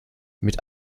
mit